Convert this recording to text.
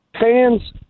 Fans